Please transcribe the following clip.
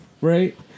right